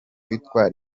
witwa